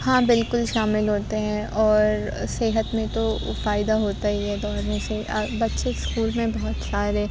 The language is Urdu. ہاں بالکل شامل ہوتے ہیں اور صحت میں تو فائدہ ہوتا ہی ہے دوڑنے سے بچے اسکول میں بہت سارے